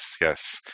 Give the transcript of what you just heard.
Yes